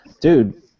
Dude